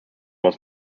was